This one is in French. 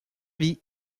vie